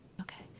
Okay